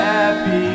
Happy